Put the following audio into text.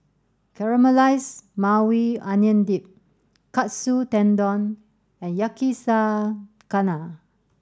Caramelized Maui Onion Dip Katsu Tendon and Yakizakana